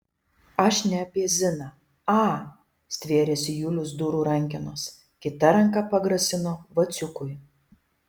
aš ne apie ziną a stvėrėsi julius durų rankenos kita ranka pagrasino vaciukui